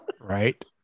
right